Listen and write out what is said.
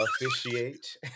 officiate